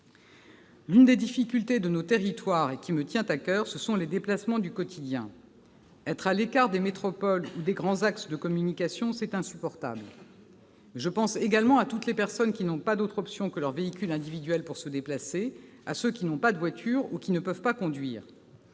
L'une des difficultés de nos territoires, qui me tient à coeur, ce sont les déplacements du quotidien. Être à l'écart des métropoles ou des grands axes de communication, c'est insupportable. Mais je pense également à toutes les personnes qui n'ont pas d'autre option que leur véhicule individuel pour se déplacer, à ceux qui n'ont pas de voiture ou qui ne peuvent pas conduire.